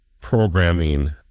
programming